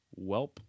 Welp